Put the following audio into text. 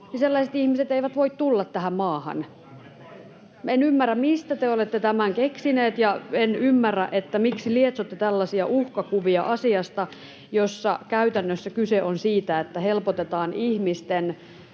niin sellaiset ihmiset eivät voi tulla tähän maahan. En ymmärrä, mistä te olette tämän keksineet, ja en ymmärrä, miksi lietsotte tällaisia uhkakuvia asiasta, jossa käytännössä kyse on siitä, että helpotetaan ihmisten